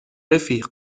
رفیق